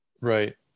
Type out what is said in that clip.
Right